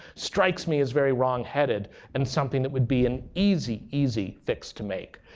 strikes me as very wrongheaded and something that would be an easy, easy fix to make.